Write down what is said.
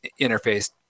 interface